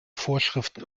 vorschriften